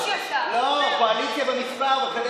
ממשלת היפים